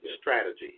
strategy